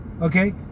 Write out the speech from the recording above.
okay